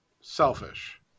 selfish